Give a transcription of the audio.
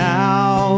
now